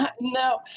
No